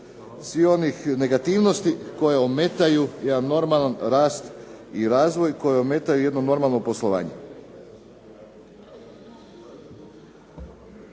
svih onih negativnosti koje ometaju jedan normalan rast i razvoj, koje ometaju jedno normalno poslovanje.